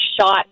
shot